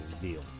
deal